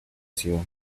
ciudad